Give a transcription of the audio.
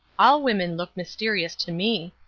all women look mysterious to me.